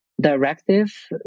directive